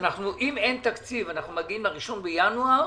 שאם אין תקציב אנחנו מגיעים ל-1 בינואר